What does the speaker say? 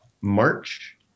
March